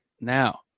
now